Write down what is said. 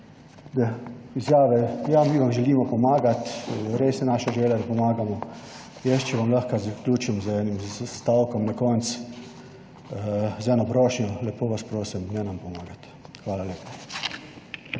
da izjave, ja, mi vam želimo pomagati, res je naša želja, da pomagamo, jaz, če vam lahko zaključim z enim stavkom na koncu, z eno prošnjo; lepo vas prosim, ne nam pomagat. Hvala lepa.